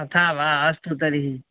तथा वा अस्तु तर्हि